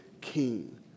king